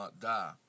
die